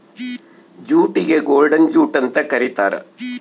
ಜೂಟಿಗೆ golden jute ಅಂತ ಕರೀತಾರ